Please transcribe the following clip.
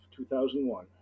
2001